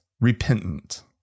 repentant